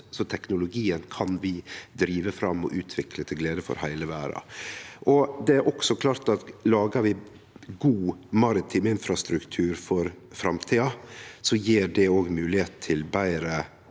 så teknologien kan vi drive fram og utvikle til glede for heile verda. Det er også klart at lagar vi god maritim infrastruktur for framtida, gjev det òg ei moglegheit til betre